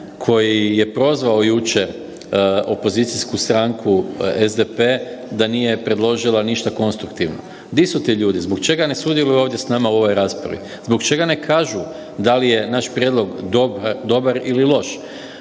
koji je prozvao jučer opozicijsku stranku SDP da nije predložila ništa konstruktivno? Di su ti ljudi, zbog čega ne sudjeluju ovdje s nama u ovoj raspravi? Zbog čega ne kažu da li je naš prijedlog dobar ili loš?